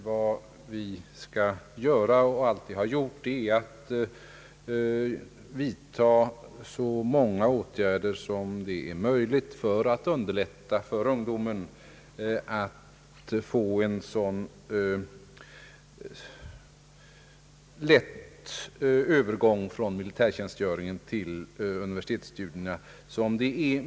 Vad vi skall göra och vad vi alltså har gjort är att vidta så många åtgärder som möjligt för att underlätta för ungdomen att få en smidig övergång från militärtjänstgöringen till universitetsstudierna.